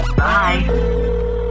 bye